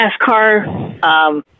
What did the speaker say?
NASCAR